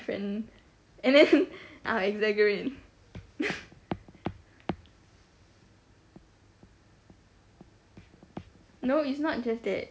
friend and then I'll exaggerate no it's not just that